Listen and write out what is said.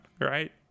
Right